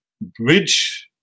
bridge